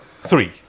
Three